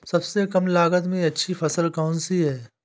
सबसे कम लागत में अच्छी फसल कौन सी है?